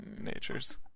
natures